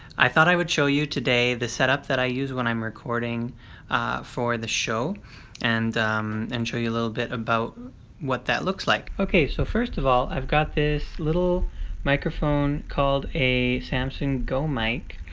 i thought i would show you today the setup that i use when i'm recording for the show and and show you a little bit about what that looks like. okay so first of all i've got this little microphone called a samson go mic,